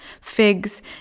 figs